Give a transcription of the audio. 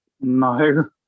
No